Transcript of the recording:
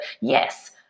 yes